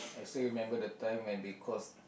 so you remember the time when we because